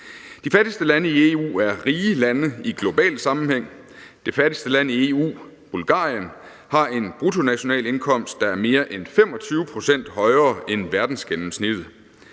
De fattigste lande i EU er rige lande i global sammenhæng. Det fattigste land i EU, Bulgarien, har en bruttonationalindkomst, der er mere end 25 pct. højere end verdensgennemsnittet.